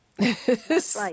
right